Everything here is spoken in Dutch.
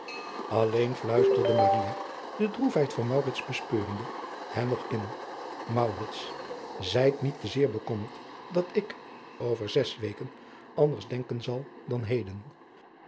lleen fluisterde de droefheid van bespeurende hem nog in zijt niet te zeer bekommerd dat ik over zes weken anders denken zal dan heden